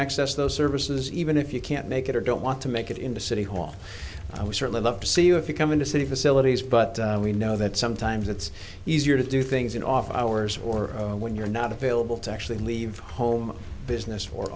access those services even if you can't make it or don't want to make it into city hall i would certainly love to see you if you come into city facilities but we know that sometimes it's easier to do things in off hours or when you're not available to actually leave home business for